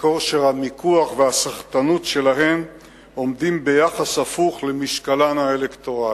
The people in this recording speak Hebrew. שכושר המיקוח והסחטנות שלהן עומדים ביחס הפוך למשקלן האלקטורלי.